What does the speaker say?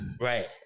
Right